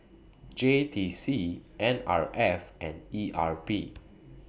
J T C N R F and E R P